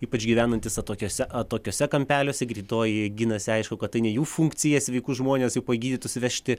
ypač gyvenantys atokiose atokiuose kampeliuose greitoji ginasi aišku kad tai ne jų funkcija sveikus žmones jau pagydytus vežti